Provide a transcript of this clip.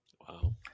Wow